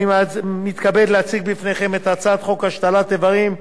אני מתכבד להציג בפניכם את הצעת חוק השתלת אברים (תיקון),